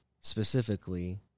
specifically